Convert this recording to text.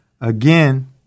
again